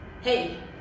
Hey